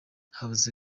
habuze